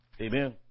Amen